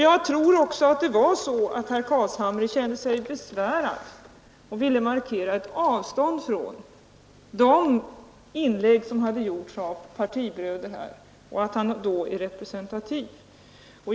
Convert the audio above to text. Jag tror också att herr Carlshamre kände sig besvärad och ville markera ett avståndstagande från de inlägg, som gjorts här av hans partibröder. Jag hoppas att han då är representativ.